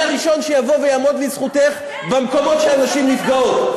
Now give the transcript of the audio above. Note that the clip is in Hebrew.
אני הראשון שיבוא ויעמוד לצדך במקומות שהנשים נפגעות,